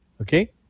okay